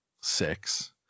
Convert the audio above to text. six